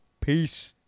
Peace